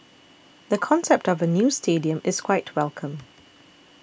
the concept of a new stadium is quite welcome